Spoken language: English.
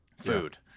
Food